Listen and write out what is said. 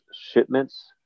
shipments